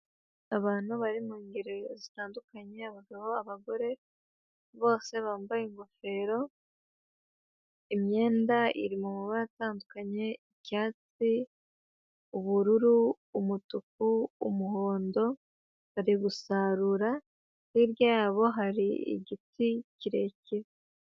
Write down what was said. Abantu bari mu ngeri zitandukanye, abagabo, abagore bose bambaye ingofero, imyenda iri mu mabara atandukanye, icyatsi, ubururu, umutuku, umuhondo, bari gusarura, hirya yabo hari igiti kirekire.